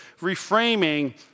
reframing